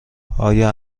آیا